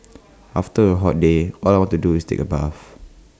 after A hot day all I want to do is take A bath